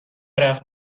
رفت